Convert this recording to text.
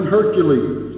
Hercules